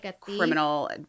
criminal